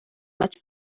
much